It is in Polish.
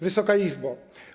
Wysoka Izbo!